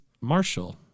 marshall